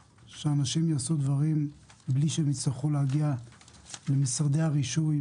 דברים בלי שהם יצטרכו להגיע למשרדי הרישוי,